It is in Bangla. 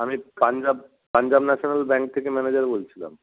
আমি পাঞ্জাব পাঞ্জাব ন্যাশানাল ব্যাঙ্ক থেকে ম্যানেজার বলছিলাম